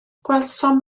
gwelsom